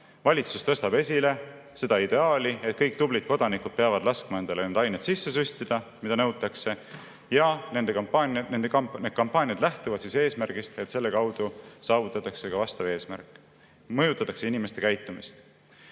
Valitsus tõstab esile seda ideaali, et kõik tublid kodanikud peavad laskma endale need ained sisse süstida, mida nõutakse. Need kampaaniad lähtuvad eesmärgist, et selle kaudu saavutatakse ka vastav eesmärk: mõjutatakse inimeste käitumist.